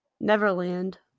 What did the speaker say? Neverland